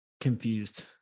confused